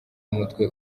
umutwe